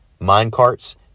minecarts